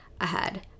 ahead